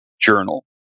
journal